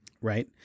Right